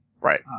Right